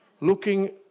looking